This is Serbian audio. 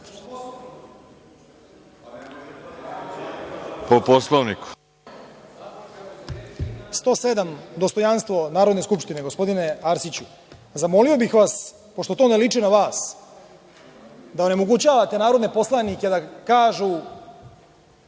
107, dostojanstvo Narodne skupštine, gospodine Arsiću. Zamolio bih vas, pošto to ne liči na vas, da ne onemogućavate narodne poslanike da kažu